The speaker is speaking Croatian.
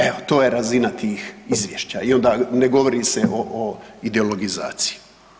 Evo, to je razina tih izvješća i onda ne govori se o ideologizaciji.